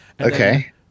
Okay